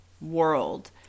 world